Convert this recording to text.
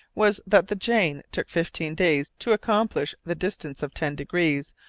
was that the jane took fifteen days to accomplish the distance of ten degrees,